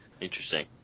Interesting